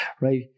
right